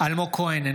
אלמוג כהן,